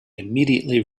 immediately